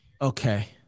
Okay